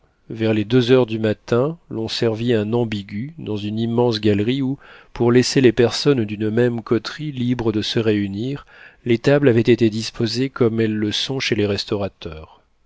vers les deux heures du matin l'on servit un ambigu dans une immense galerie où pour laisser les personnes d'une même coterie libres de se réunir les tables avaient été disposées comme elles le sont chez les restaurateurs